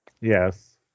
yes